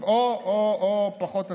או פחות עצורים.